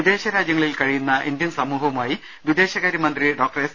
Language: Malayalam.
വിദേശരാജ്യങ്ങളിൽ കഴിയുന്ന ഇന്ത്യൻ സമൂഹവുമായി വിദേശകാര്യമന്ത്രി ഡോക്ടർ എസ്